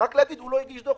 להגיד שאם הוא לא הגיש דוח,